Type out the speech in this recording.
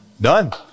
Done